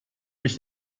mich